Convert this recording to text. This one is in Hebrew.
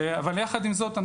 אבל יחד עם זאת,